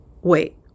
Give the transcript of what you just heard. Wait